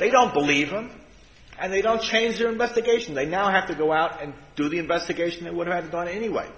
they don't believe them and they don't change their investigation they now have to go out and do the investigation they would have done anyway